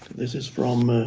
this is from